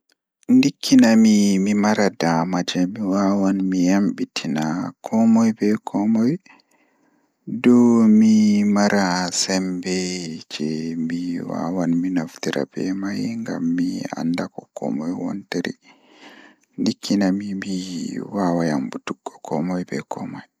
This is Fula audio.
So mi waawi ɗonnoogol ko mi waɗi yimre njiiɗi soodhi ɓe e hoore makko walla yimre ngal semmbugol ngal njam, miɗo ɗonnoo yimre ngal semmbugol. Mi faami njidda ngal heewta e ngoodi ɗoo ngalaa ngal njam. Ngal yimre ngal semmbugol ngal waɗa ngal njogortu ɓe ɗaɗi ngal njamaaji ngal, ngal ngal ngal ngal.